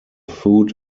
food